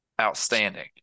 outstanding